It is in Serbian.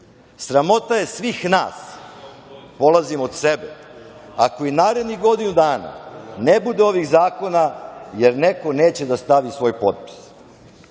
Sramota je svih nas, polazim od sebe, ako i u narednih godinu dana ne bude ovih zakona, jer neko neće da stavi svoj potpis. Ako